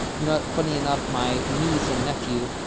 you know, funny enough, my niece and nephew,